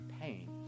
Pain